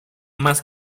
más